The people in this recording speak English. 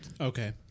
Okay